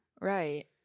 Right